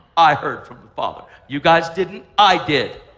i heard from the father. you guys didn't. i did.